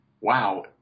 wow